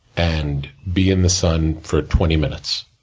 and be in the sun for twenty minutes.